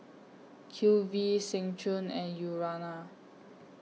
Q V Seng Choon and Urana